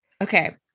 Okay